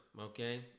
Okay